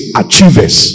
achievers